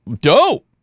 dope